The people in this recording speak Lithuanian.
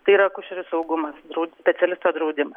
tai yra akušerių saugumas drau specialisto draudimas